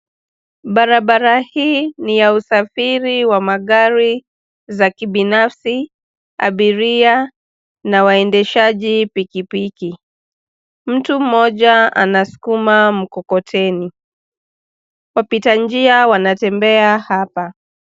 Barabara hii ni ya usafiri wa magari za kibinafsi . Abiria na waendeshaji pikipiki .Mtu moja anasukuma mkokoteni, wapita njia wanatembea hapa.